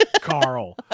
Carl